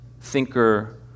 thinker